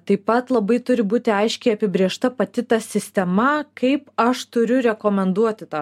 taip pat labai turi būti aiškiai apibrėžta pati ta sistema kaip aš turiu rekomenduoti tą